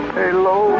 hello